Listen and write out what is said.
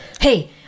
Hey